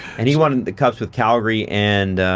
and he won the cup with calgary and,